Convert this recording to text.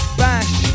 bash